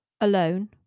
alone